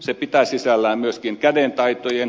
se pitää sisällään myöskin kädentaidot